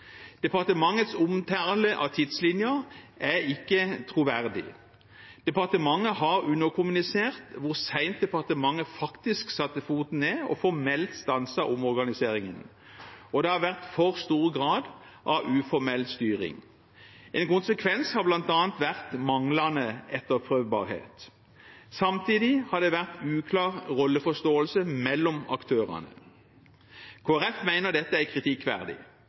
departementets håndtering av saken. Departementets omtale av tidslinjen er ikke troverdig. Departementet har underkommunisert hvor sent departementet faktisk satte foten ned og formelt stanset omorganiseringen. Og det har vært for stor grad av uformell styring. En konsekvens har bl.a. vært manglende etterprøvbarhet. Samtidig har det vært uklar rolleforståelse mellom aktørene. Kristelig Folkeparti mener dette er kritikkverdig.